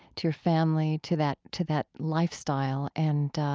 to your family, to that to that lifestyle, and